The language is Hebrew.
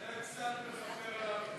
התשע"ו 2016,